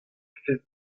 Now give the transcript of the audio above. fest